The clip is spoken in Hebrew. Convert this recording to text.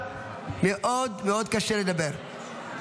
מאוד מאוד קשה לדבר.